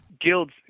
Guilds